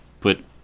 put